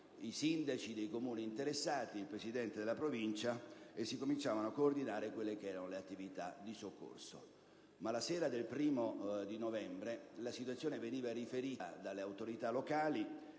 i sindaci dei Comuni interessati e il presidente della Provincia e si cominciavano a coordinare le attività di soccorso. La sera del 1° novembre la situazione veniva riferita dalle autorità locali